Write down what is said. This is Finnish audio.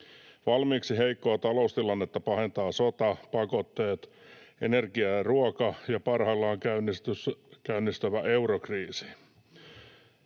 Valmiiksi heikkoa taloustilannetta pahentaa sota, pakotteet, energia-, ruoka- ja parhaillaan käynnistyvä eurokriisi.